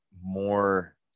more